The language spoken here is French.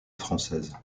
française